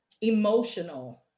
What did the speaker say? Emotional